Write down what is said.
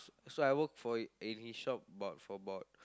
so I work for in his shop about for about